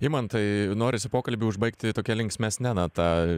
imantai norisi pokalbį užbaigti tokia linksmesne nata